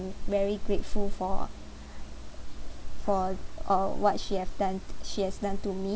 very grateful for ah for uh what she have done she has done to me